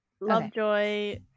Lovejoy